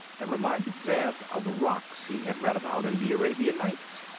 and reminded zeb of the rocs he had read about in the arabian nights.